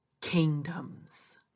kingdoms